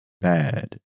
bad